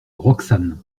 roxane